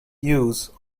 use